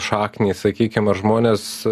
šaknys sakykim žmonės